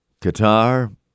Qatar